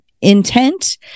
intent